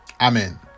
Amen